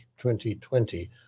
2020